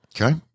Okay